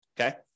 okay